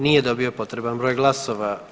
Nije dobio potreban broj glasova.